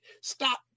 Stop